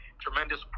tremendous